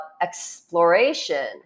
exploration